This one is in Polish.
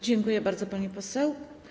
Dziękuję bardzo, pani poseł.